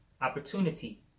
opportunity